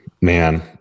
man